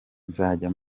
nzajya